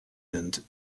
and